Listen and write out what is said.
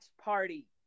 party